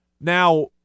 Now